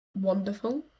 wonderful